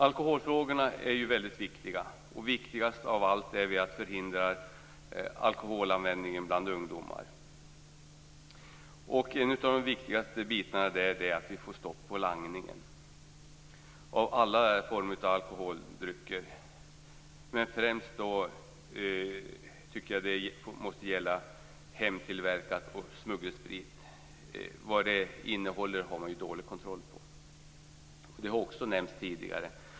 Alkoholfrågorna är mycket viktiga, och viktigast av allt är att vi förhindrar alkoholanvändning bland ungdomar. En av de viktigaste åtgärderna är att få stopp på langningen. Det gäller alla former av alkoholdrycker, men främst måste det gälla hemtillverkad sprit och smuggelsprit. Man har ju dålig kontroll över vad den innehåller. Olyckor med sådan sprit har nämnts tidigare.